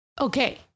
Okay